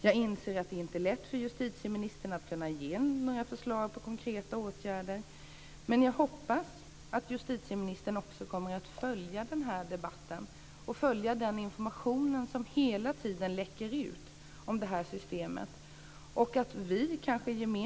Jag inser att det inte är lätt för justitieministern att kunna ge några förslag till konkreta åtgärder, men jag hoppas att hon också kommer att följa den här debatten och följa den information som hela tiden läcker ut om det här systemet.